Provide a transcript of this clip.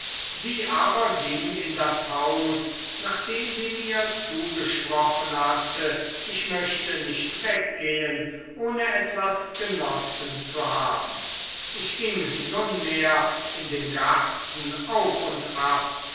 sie aber ging in das haus nachdem sie mir zugesprochen hatte ich möchte nicht weggehen ohne etwas genossen zu haben ich ging nunmehr in dem garten auf und ab